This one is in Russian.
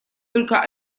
только